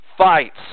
Fights